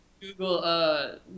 Google